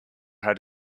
had